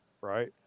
Right